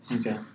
Okay